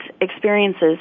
experiences